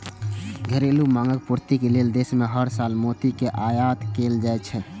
घरेलू मांगक पूर्ति लेल देश मे हर साल मोती के आयात कैल जाइ छै